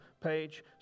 page